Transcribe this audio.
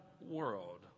world